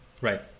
Right